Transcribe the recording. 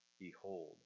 Behold